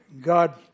God